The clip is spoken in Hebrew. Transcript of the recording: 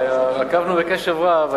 עקבנו בקשב רב.